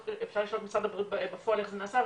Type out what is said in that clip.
אפשר לשאול את משרד הבריאות איך בפועל זה נעשה,